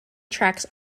tracks